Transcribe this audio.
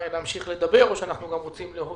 להמשיך לדבר או שאנחנו גם רוצים להועיל.